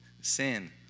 Sin